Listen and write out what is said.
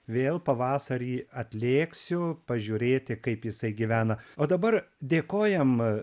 vėl pavasarį atlėksiu pažiūrėti kaip jisai gyvena o dabar dėkojam